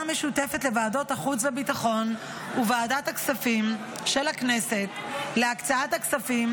המשותפת לוועדת החוץ והביטחון וועדת הכספים של הכנסת להקצאת הכספים,